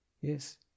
yes